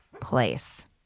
place